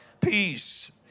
peace